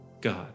God